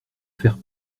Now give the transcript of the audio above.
faire